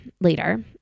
later